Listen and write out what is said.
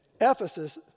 Ephesus